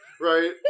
right